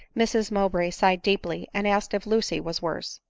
mrs mowbray sighed deeply, and asked if lucy was worse.